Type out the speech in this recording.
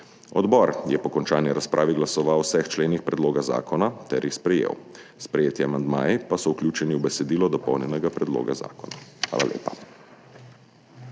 Odbor je po končani razpravi glasoval o vseh členih predloga zakona ter jih sprejel. Sprejeti amandmaji pa so vključeni v besedilo dopolnjenega predloga zakona. Hvala lepa.